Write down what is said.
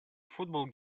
football